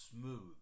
smooth